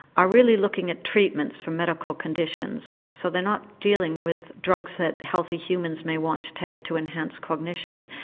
are really looking at treatments for medical conditions, so they're not dealing with drugs that healthy humans may want to take to enhance cognition.